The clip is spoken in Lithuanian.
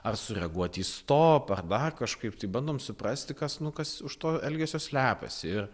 ar sureaguoti į stop ar dar kažkaip tai bandom suprasti kas nu kas už to elgesio slepiasi ir